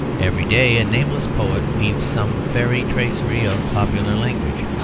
every day a nameless poet weaves some fairy tracery of popular language.